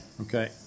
okay